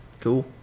Cool